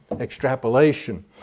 extrapolation